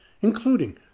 including